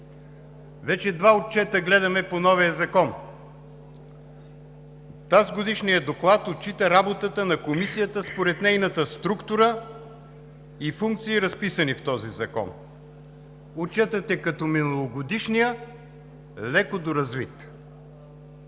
Вече два отчета гледаме по новия закон. Тазгодишният доклад отчита работата на Комисията според нейната структура и функции, разписани в този закон. Отчетът е като миналогодишния, леко доразвит.